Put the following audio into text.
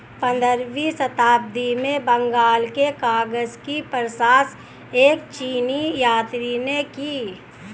पंद्रहवीं शताब्दी में बंगाल के कागज की प्रशंसा एक चीनी यात्री ने की